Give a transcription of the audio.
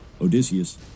Odysseus